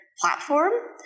platform